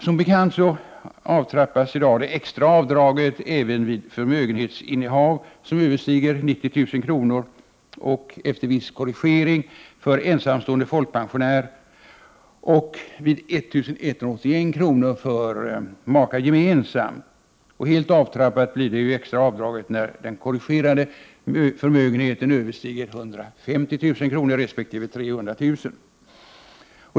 Som bekant avtrappas i dag det extra avdraget även vid förmögenhetsinnehav som överstiger 90 000 kr., efter viss korrigering, för ensamstående pensionärer och vid 181 000 kr. för makar gemensamt. Helt avtrappat blir det extra avdraget när den korrigerade förmögenheten överstiger 150 000 kr. resp. 300 000 kr.